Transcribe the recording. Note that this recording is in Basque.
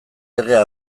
legea